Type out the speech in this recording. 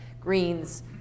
Greens